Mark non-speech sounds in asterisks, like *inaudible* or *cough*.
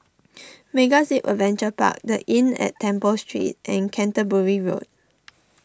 MegaZip Adventure Park the Inn at Temple Street and Canterbury Road *noise*